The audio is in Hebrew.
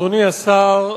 אדוני השר,